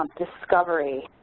um discovery,